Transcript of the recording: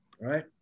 right